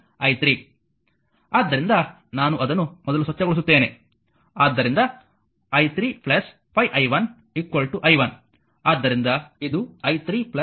ಆದ್ದರಿಂದ ನಾನು ಅದನ್ನು ಮೊದಲು ಸ್ವಚ್ಛಗೊಳಿಸುತ್ತೇನೆ ಆದ್ದರಿಂದ i 3 5 i 1 i 1